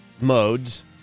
modes